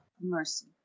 mercy